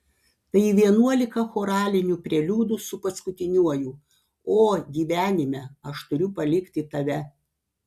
tai vienuolika choralinių preliudų su paskutiniuoju o gyvenime aš turiu palikti tave